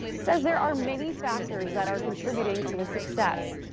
says there are many factors that are contributing to the success.